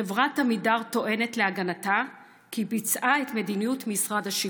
חברת עמידר טוענת להגנתה כי ביצעה את מדיניות משרד השיכון.